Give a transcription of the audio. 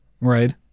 Right